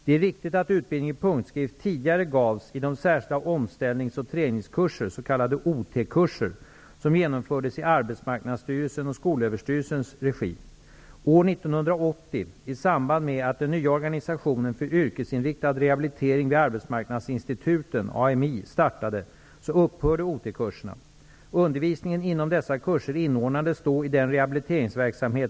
Det är riktigt att utbildning i punktskrift tidigare gavs i de särskilda omställnings och träningskurser, s.k. OT-kurser, som genomfördes i Arbetsmarknadsinstituten bedriver.